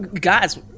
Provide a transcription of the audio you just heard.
Guys